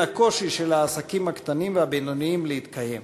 הקושי של העסקים הקטנים והבינוניים להתקיים.